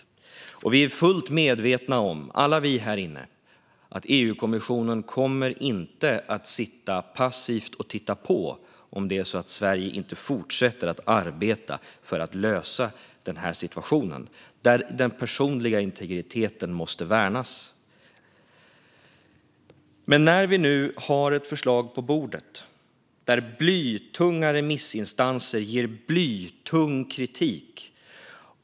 Alla vi här inne är fullt medvetna om att EU-kommissionen inte kommer att sitta passiv och titta på om det är så att Sverige inte fortsätter att arbeta för att lösa den här situationen, där den personliga integriteten måste värnas. Nu har vi dock ett förslag på bordet som får blytung kritik från blytunga remissinstanser.